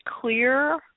clear